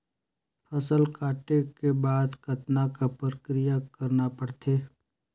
फसल काटे के बाद कतना क प्रक्रिया करना पड़थे?